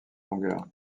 longueur